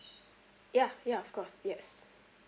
ya ya of course yes